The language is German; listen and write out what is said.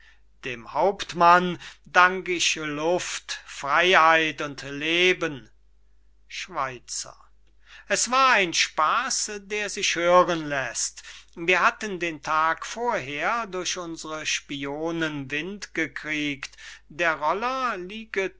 dem hauptmann dank ich luft freyheit und leben schweizer es war ein spaß der sich hören läßt wir hatten den tag vorher durch unsre spionen wind gekriegt der roller liege